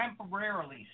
temporarily